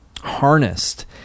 harnessed